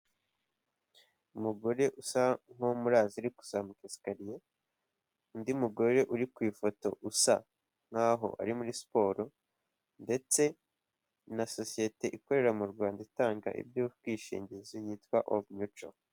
Umugore usa nk'uwomurazi uri kuzamuka sikariye, undi mugore uri ku ifoto usa nk'aho ari muri siporo ndetse na sosiyete ikorera mu Rwanda itanga iby'ubwishingizi yitwa Oldmutual.